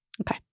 Okay